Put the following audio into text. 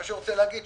מה שאני רוצה להגיד,